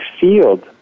field